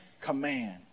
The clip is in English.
command